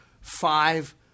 five